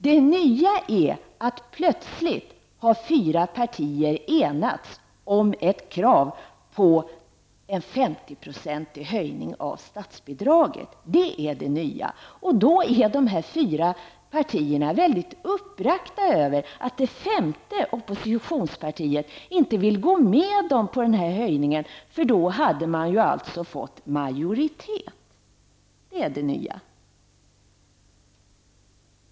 Det nya är att fyra partier plötsligt har enats om ett krav på en 50 procentig höjning av statsbidraget. Det är det nya. Därför är de här fyra partierna mycket uppbragta över att det femte oppositionspartiet inte vill gå med på den här höjningen. För i så fall hade man alltså fått majoritet. Det är det nya.